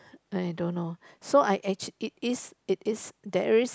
I don't know so I actua~ it is it is there is